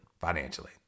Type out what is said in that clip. financially